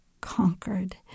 conquered